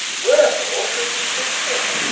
wherefore should he sit here?